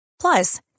Plus